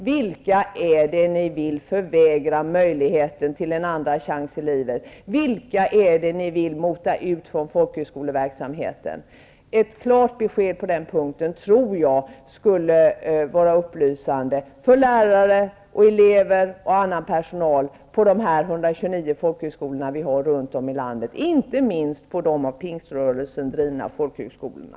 Vilka är det ni vill förvägra möjligheten till en andra chans i livet? Vilka är det ni vill mota ut från folkskhögskolverksamheten? Ett klart besked på den punkten tror jag skulle vara upplysande för lärare och elever och annan personal på de 129 folkhöskolorna runt om i landet, inte minst på de av pingströrelsen drivna folkhögskolorna.